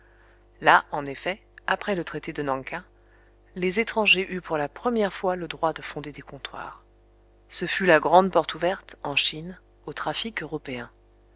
là en effet après le traité de nan king les étrangers eurent pour la première fois le droit de fonder des comptoirs ce fut la grande porte ouverte en chine au trafic européen